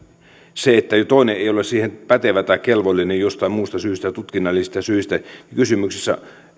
jos toinen ei ole siihen pätevä tai kelvollinen jostain muusta syystä ja tutkinnallisista syistä niin kysymyksessä